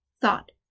Thought